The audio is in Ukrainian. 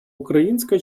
українська